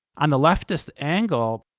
on the leftist angle,